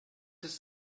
ist